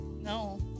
No